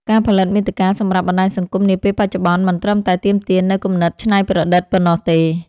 ការផលិតមាតិកាសម្រាប់បណ្ដាញសង្គមនាពេលបច្ចុប្បន្ន មិនត្រឹមតែទាមទារនូវគំនិតច្នៃប្រឌិតប៉ុណ្ណោះទេ។